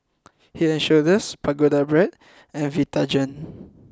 Head and Shoulders Pagoda Brand and Vitagen